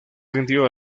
rindió